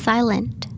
Silent